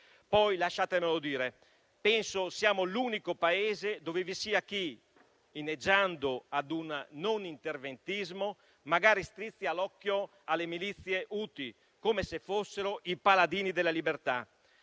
Poi, lasciatemelo dire, penso siamo l'unico Paese dove vi sia chi inneggiando al non interventismo, magari strizza l'occhio alle milizie Houti, come se fossero i paladini della libertà.